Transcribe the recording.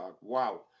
Wow